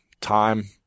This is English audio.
time